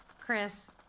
Chris